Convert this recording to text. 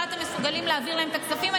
אתם מסוגלים להעביר להם את הכספים.